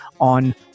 on